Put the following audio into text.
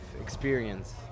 experience